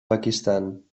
pakistan